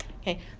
Okay